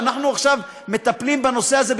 אנחנו עכשיו מטפלים בנושא הזה.